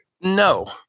No